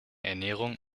ernährung